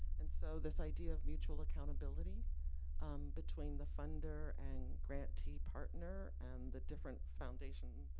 and so, this idea of mutual accountability between the funder and grantee partner and the different foundations,